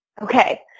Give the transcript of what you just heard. Okay